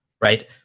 right